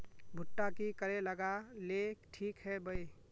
भुट्टा की करे लगा ले ठिक है बय?